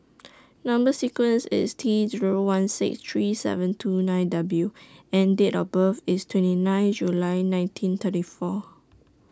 Number sequence IS T Zero one six three seven two nine W and Date of birth IS twenty nine July nineteen thirty four